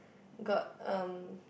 got um